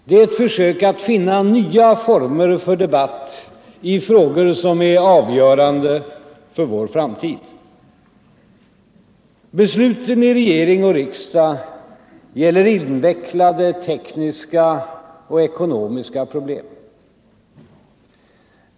Det är ett försök att finna nya former för debatt i frågor som är avgörande för vår framtid. Besluten i regering och riksdag gäller invecklade tekniska och ekonomiska problem.